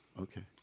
Okay